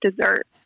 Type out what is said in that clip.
dessert